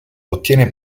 ottiene